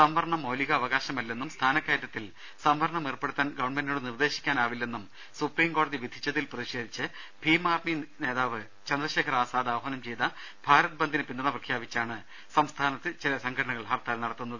സംവരണം മൌലിക അവകാശമല്ലെന്നും സ്ഥാനക്കയറ്റത്തിൽ സംവരണം ഏർപ്പെടുത്താൻ ഗവൺമെന്റിനോടു നിർദേശിക്കാനാവില്ലെന്നും സുപ്രീം കോടതി വിധിച്ചതിൽ പ്രതിഷേധിച്ച് ഭീം ആർമി നേതാവ് ചന്ദ്രശേഖർ ആസാദ് ആഹ്വാനം ചെയ്ത ഭാരത് ബന്ദിന് പിന്തുണ പ്രഖ്യാപിച്ചാണ് സംസ്ഥാനത്ത് ഹർത്താൽ നടത്തുന്നത്